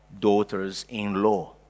daughters-in-law